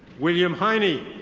william heine.